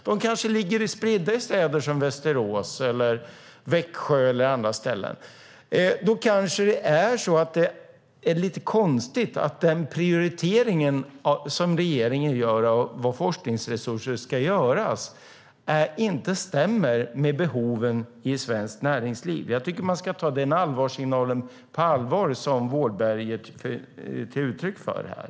De kanske ligger spridda i städer som Västerås eller Växjö eller på andra ställen. Då kanske det är lite konstigt att den prioritering som regeringen gör av var forskningsresurser ska satsas inte stämmer med behoven i svenskt näringsliv. Jag tycker att man ska ta den varningssignal som Wåhlberg ger uttryck för på allvar.